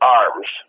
arms